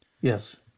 Yes